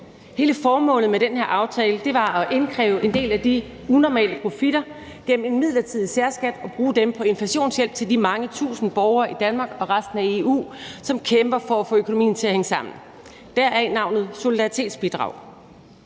Hele formålet med den her aftale var at indkræve en del af de unormale profitter gennem en midlertidig særskat og bruge dem på inflationshjælp til de mange tusinde borgere i Danmark og resten af EU, som kæmper for at få økonomien til at hænge sammen – deraf navnet solidaritetsbidrag.